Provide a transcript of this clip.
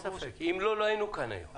אם לא, לא היינו כאן היום.